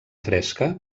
fresca